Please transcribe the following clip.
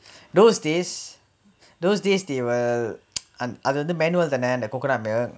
those days those days they were அது அது வந்து:athu athu vanthu manual தானே அந்த:thaanae antha coconut milk